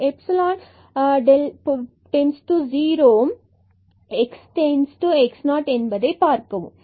இந்த ϵ→0ஐ x→x0ஆக பார்க்கவும்